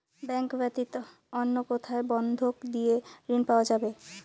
Bank ব্যাতীত অন্য কোথায় বন্ধক দিয়ে ঋন পাওয়া যাবে?